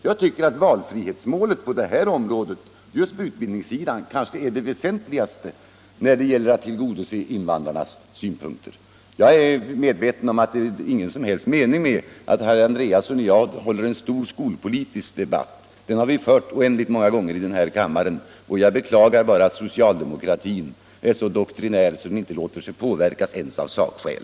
Jag tycker att valfrihetsmålet just på utbildningssidan kanske är det väsentligaste när det gäller att tillgodose invandrarnas synpunkter. Jag är medveten om att det inte är någon mening med att herr Andréasson och jag för en stor skolpolitisk debatt här. Den debatten har vi fört oändligt många gånger i denna kammare. Jag beklagar bara att socialdemokratin är så doktrinär att den inte låter sig påverkas av några sakskäl.